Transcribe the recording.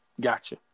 Gotcha